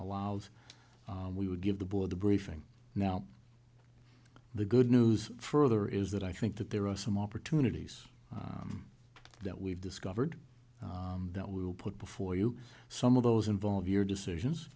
allows we would give the board the briefing now the good news further is that i think that there are some opportunities that we've discovered that we will put before you some of those involve your decisions